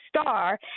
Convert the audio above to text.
star